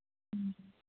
ꯎꯝ